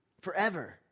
forever